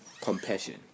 compassion